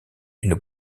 une